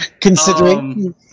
Considering